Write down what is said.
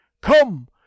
come